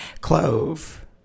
clove